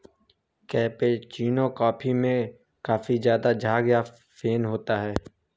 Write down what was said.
cappuccino coffee में काफी ज़्यादा झाग या फेन होता है